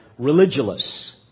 Religulous